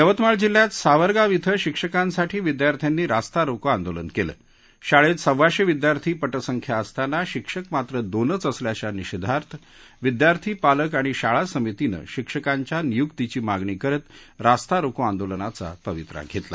यवतमाळ जिल्ह्यात सावरगाव इथं शिक्षकांसाठी विद्यार्थ्यांनी रास्ता रोको आंदोलन केलं शाळेत सव्वाशे विद्यार्थी पटसंख्या असताना शिक्षक मात्र दोनच असल्याच्या निषेधात विद्यार्थी पालक आणि शाळा समितीनं शिक्षकाच्या नियुक्तीची मागणी करत रास्ता रोको आंदोलनाचा पवित्रा घेतला